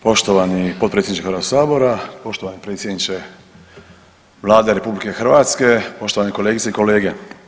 Poštovani potpredsjedniče HS-a, poštovani predsjedniče Vlade RH, poštovane kolegice i kolege.